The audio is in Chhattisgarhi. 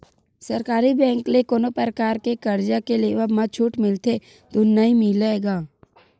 सरकारी बेंक ले कोनो परकार के करजा के लेवब म छूट मिलथे धून नइ मिलय गा?